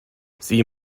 sie